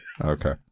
Okay